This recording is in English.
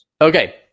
Okay